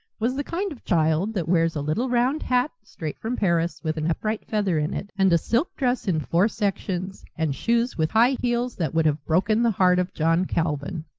was the kind of child that wears a little round hat, straight from paris, with an upright feather in it, and a silk dress in four sections, and shoes with high heels that would have broken the heart of john calvin.